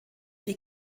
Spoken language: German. die